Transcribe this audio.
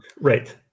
Right